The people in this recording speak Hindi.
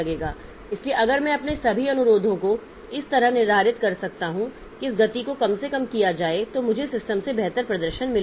इसलिए अगर मैं अपने सभी अनुरोधों को इस तरह से निर्धारित कर सकता हूं कि इस गति को कम से कम किया जाए तो मुझे सिस्टम से बेहतर प्रदर्शन मिलेगा